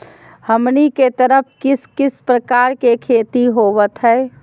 हमनी के तरफ किस किस प्रकार के खेती होवत है?